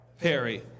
Perry